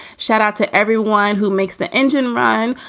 shout out to everyone who makes the engine run.